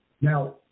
Now